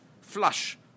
flush